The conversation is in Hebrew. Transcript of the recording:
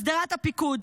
בשדרת הפיקוד,